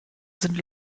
sind